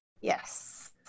Yes